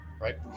right